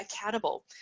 accountable